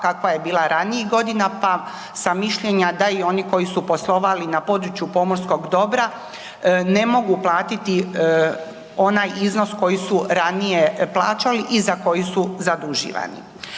kakva je bila ranijih godina, pa sam mišljenja da i oni koji su poslovali na području pomorskog dobra ne mogu platiti onaj iznos koji su ranije plaćali i za koju su zaduživani.